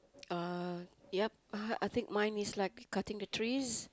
uh yup uh I think mine is like cutting the trees